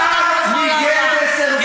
שלך, איך משמיצים אותנו בכל העולם.